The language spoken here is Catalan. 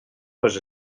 les